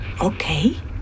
Okay